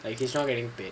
if he's not getting paid